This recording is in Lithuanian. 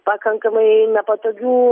pakankamai nepatogių